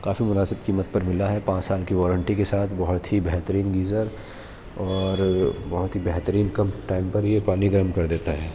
کافی مناسب قیمت پر ملا ہے پانچ سال کی وارنٹی کے ساتھ بہت ہی بہترین گیزر اور بہت ہی بہترین کم ٹائم پر یہ پانی گرم کر دیتا ہے